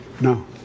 No